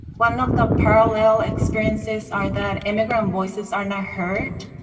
one of the parallel experiences are that immigrant voices are not heard.